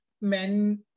men